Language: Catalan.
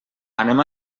anem